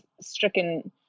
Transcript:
stricken